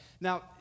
Now